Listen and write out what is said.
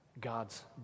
God's